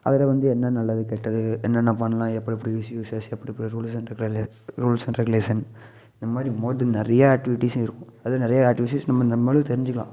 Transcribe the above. அதில் வந்து என்ன நல்லது கெட்டது என்னென்ன பண்ணலாம் எப்படி எப்படி இஷ்யுசஸ் எப்படி எப்படி rules and regular rules and regulation இந்தமாதிரி மோது நிறையா ஆக்டிவிட்டீஸ் இருக்கும் அது நிறையா ஆக்டிவிட்டீஸ் நம்ம நம்மளும் தெரிஞ்சிக்கலாம்